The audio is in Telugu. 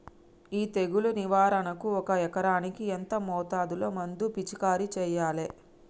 ఈ తెగులు నివారణకు ఒక ఎకరానికి ఎంత మోతాదులో మందు పిచికారీ చెయ్యాలే?